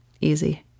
easy